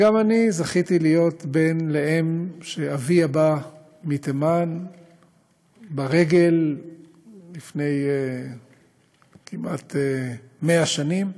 וגם אני זכיתי להיות בן לאם שאביה בא מתימן ברגל לפני כמעט 100 שנים.